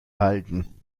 halten